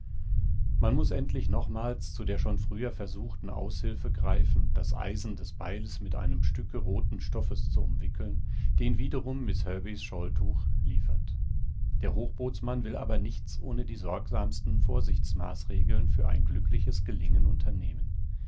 man muß endlich nochmals zu der schon früher versuchten aushilfe greifen das eisen des beiles mit einem stücke rothen stoffes zu umwickeln den wiederum miß herbey's shawltuch liefert der hochbootsmann will aber nichts ohne die sorgsamsten vorsichtsmaßregeln für ein glückliches gelingen unternehmen